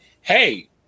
hey